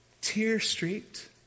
tear-streaked